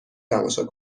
تماشا